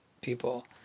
people